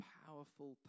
powerful